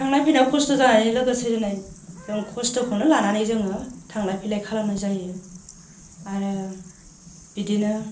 थांनाय फैनायाव खस्थ' जानायनि लोगोसे दिनै जों खस्थ'खौनो लानानै जोङो थांलाय फैलाय खालामनाय जायो आरो बिदिनो